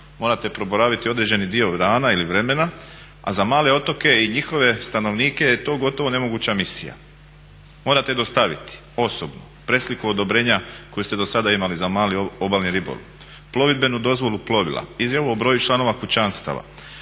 morate proboraviti određeni dio dana ili vremena a za male otoke i njihove stanovnike je to gotovo nemoguća misija. Morate dostaviti osobno presliku odobrenja koje ste dosada imali za mali obalni ribolov, plovidbenu dozvolu plovila, izjavu o broju članova kućanstava,